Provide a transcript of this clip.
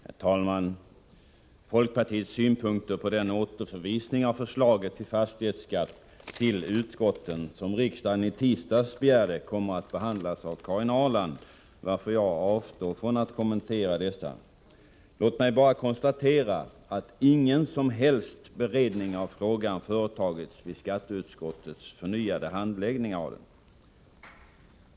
Herr talman! Folkpartiets synpunkter på den återförvisning till utskotten av förslaget till fastighetsskatt som riksdagen i tisdags begärde, kommer att behandlas av Karin Ahrland varför jag avstår från att kommentera dem. Låt mig bara konstatera att ingen som helst beredning av frågan har företagits vid skatteutskottets förnyade handläggning av den.